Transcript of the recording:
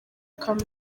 kamwe